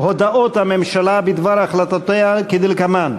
הממשלה בדבר החלטותיה כדלקמן: